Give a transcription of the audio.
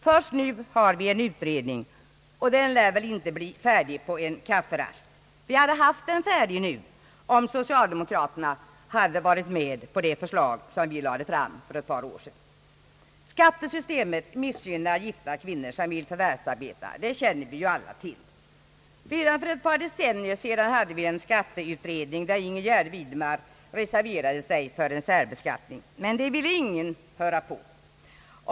Först nu har det tillsatts en utredning, och den lär väl inte bli färdig på en kafferast. Den hade varit färdig nu, om socialdemokraterna hade varit med på det förslag som vi lade fram för ett par år sedan. Skattesystemet missgynnar gifta kvinnor som vill förvärvsarbeta, det känner vi alla till. Redan för ett par decennier sedan hade vi en skatteutredning, där fru Ingrid Gärde Widemar reserverade sig för en särbeskattning, men henne ville ingen lyssna till.